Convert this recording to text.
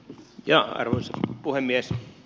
arvoisa puhemies